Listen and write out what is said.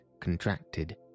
contracted